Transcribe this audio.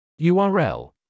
url